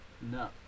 no